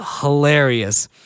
hilarious